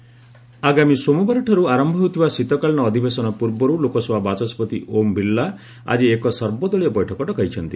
LS all party meet ଆଗାମୀ ସୋମବାରଠାରୁ ଆରମ୍ଭ ହେଉଥିବା ଶୀତକାଳୀନ ଅଧିବେଶନ ପୂର୍ବରୁ ଲୋକସଭା ବାଚସ୍କତି ଓମ୍ ବିର୍ଲା ଆଜି ଏକ ସର୍ବଦଳୀୟ ବୈଠକ ଡକାଇଛନ୍ତି